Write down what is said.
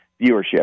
viewership